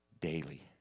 daily